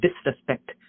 disrespect